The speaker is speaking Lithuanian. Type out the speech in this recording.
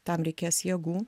tam reikės jėgų